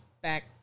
Back